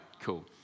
cool